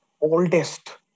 Oldest